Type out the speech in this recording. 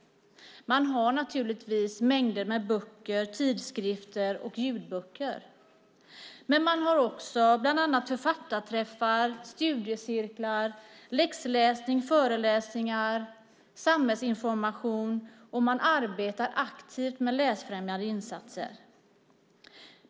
Man har naturligtvis mängder med böcker, tidskrifter och ljudböcker, men man har också bland annat författarträffar, studiecirklar, läxläsning, föreläsningar, samhällsinformation och aktivt arbete med läsfrämjande insatser.